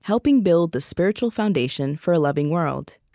helping to build the spiritual foundation for a loving world.